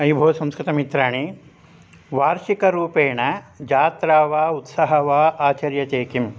अयि भोः संस्कृतमित्राणि वार्षिकरूपेण जात्रा वा उत्सवः वा आचर्यते किम्